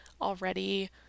already